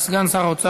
העיוות,